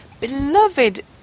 beloved